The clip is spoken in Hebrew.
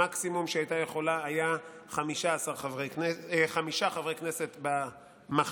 המקסימום שהיא הייתה יכולה היה חמישה חברי כנסת במחליפים,